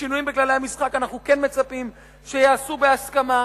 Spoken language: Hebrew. ששינויים בכללי המשחק אנחנו כן מצפים שייעשו בהסכמה.